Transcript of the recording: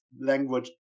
language